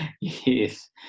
yes